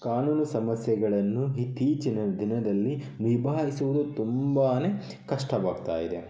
ಕಾನೂನು ಸಮಸ್ಯೆಗಳನ್ನು ಇತ್ತೀಚಿನ ದಿನದಲ್ಲಿ ನಿಭಾಯಿಸುವುದು ತುಂಬಾ ಕಷ್ಟವಾಗ್ತಾಯಿದೆ